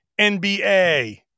NBA